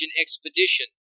expedition